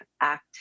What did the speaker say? act